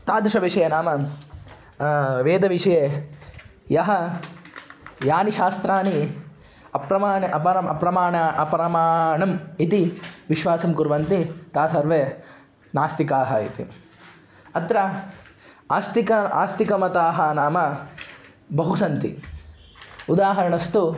तादृशविषये नाम वेदविषये यः यानि शास्त्राणि अप्रमाणानि अपरम् अप्रमाणानि अप्रमाणम् इति विश्वासं कुर्वन्ति ते सर्वे नास्तिकाः इति अत्र आस्तिकाः आस्तिकमताः नाम बहु सन्ति उदाहरणं तु